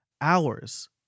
hours